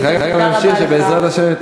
את צריכה להמשיך ולומר שבעזרת השם הן